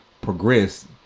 progress